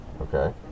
Okay